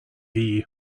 hiv